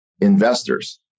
investors